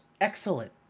excellent